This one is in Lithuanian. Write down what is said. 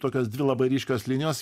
tokios dvi labai ryškios linijos